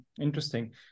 Interesting